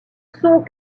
sont